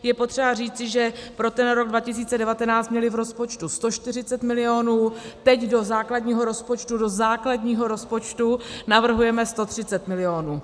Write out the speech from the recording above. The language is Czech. Je potřeba říci, že pro rok 2019 měli v rozpočtu 140 mil., teď do základního rozpočtu, do základního rozpočtu navrhujeme 130 mil.